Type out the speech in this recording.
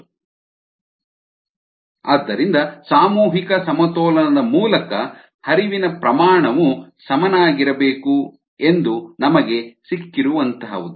FiiF00 FiF0F ಆದ್ದರಿಂದ ಸಾಮೂಹಿಕ ಸಮತೋಲನದ ಮೂಲಕ ಹರಿವಿನ ಪ್ರಮಾಣವು ಸಮನಾಗಿರಬೇಕು ಎಂದು ನಮಗೆ ಸಿಕ್ಕಿರುವಂಥಹುದು